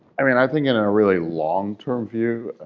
i mean, i think in a really long-term view